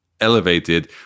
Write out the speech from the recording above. elevated